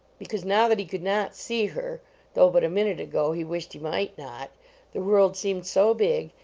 because, now that he could not see her though but a minute ago he wished he might not the world seemed so big,